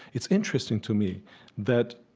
it's interesting to me that